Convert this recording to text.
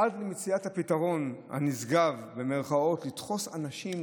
עד למציאת הפתרון ה"נשגב" לדחוס אנשים,